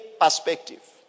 perspective